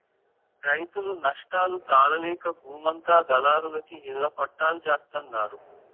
రైతులు నష్టాలు తాళలేక బూమంతా దళారులకి ఇళ్ళ పట్టాల్జేత్తన్నారు